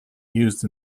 used